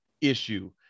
issue